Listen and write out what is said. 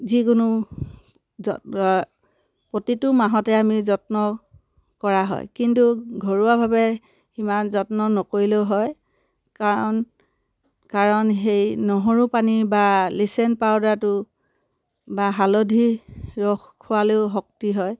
যিকোনো প্ৰতিটো মাহতে আমি যত্ন কৰা হয় কিন্তু ঘৰুৱাভাৱে সিমান যত্ন নকৰিলেও হয় কাৰণ কাৰণ সেই নহৰু পানী বা লিচেন পাউদাৰটো বা হালধি ৰস খোৱালেও শক্তি হয়